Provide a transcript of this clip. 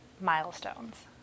milestones